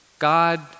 God